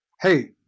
hey